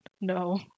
No